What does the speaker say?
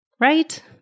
right